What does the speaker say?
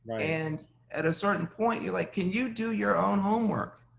and at a certain point, you're like, can you do your own homework,